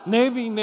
Navy